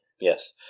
Yes